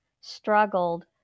struggled